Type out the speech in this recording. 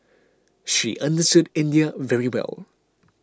she understood India very well